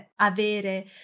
avere